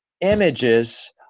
images